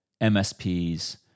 MSPs